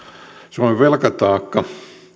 suomen velkataakka